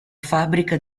fabbrica